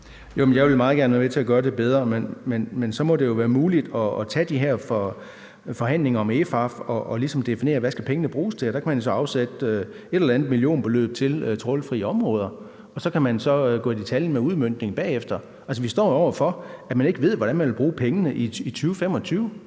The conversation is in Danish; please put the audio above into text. Jeg vil meget gerne være med til at gøre det bedre, men så må det jo være muligt at tage de her forhandlinger om EHFAF-midlerne og ligesom definere, hvad pengene skal bruges til. Der kan man jo så afsætte et eller andet millionbeløb til trawlfri områder, og så kan man så gå i detaljen med udmøntningen bagefter. Altså, vi står jo over for, at man ikke ved, hvordan man vil bruge pengene i 2025.